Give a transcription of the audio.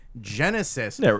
Genesis